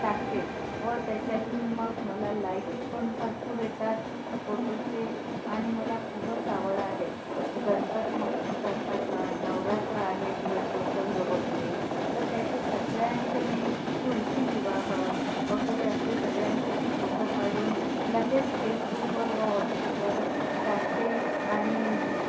टाकते व त्याच्यातून मग मला लाईक पण भरपूर येतात फोटोचे आणि मला खूपच आवड आहे गणपतीसारखा सण नवरात्र आहे घट बसवले वगैरे तर त्याचे सगळ्यांचे मी तुळशी विवाह वगैरे असे सगळ्यांचे मी फोटो काढून लगेच फेसबुकवर व व्हॉट्स अॅपवर टाकते आणि